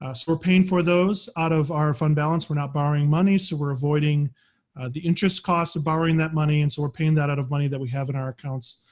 we're paying for those out of our fund balance. we're not borrowing money. so we're avoiding the interest costs of borrowing that money. and so we're paying that out of money that we have in our accounts.